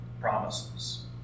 promises